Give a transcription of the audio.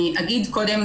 אני אגיד קודם,